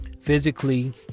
physically